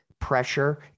pressure